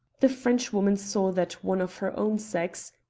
the frenchwoman saw that one of her own sex,